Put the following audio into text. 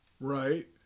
right